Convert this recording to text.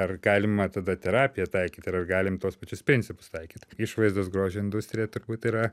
ar galima tada terapiją taikyt ir ar galim tuos pačius principus taikyt išvaizdos grožio industrija turbūt yra